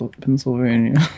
Pennsylvania